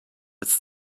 it’s